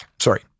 sorry